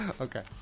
Okay